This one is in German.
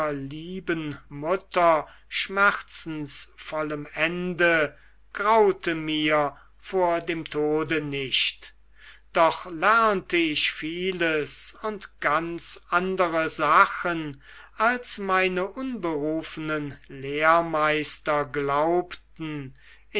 lieben mutter schmerzensvollem ende graute mir vor dem tode nicht doch lernte ich vieles und ganz andere sachen als meine unberufenen lehrmeister glaubten